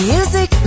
Music